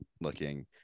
looking